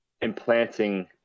implanting